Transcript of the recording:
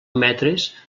metres